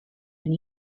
and